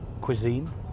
cuisine